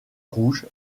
rouge